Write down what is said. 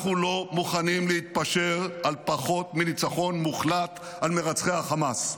אנחנו לא מוכנים להתפשר על פחות מניצחון מוחלט על מרצחי החמאס.